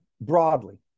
broadly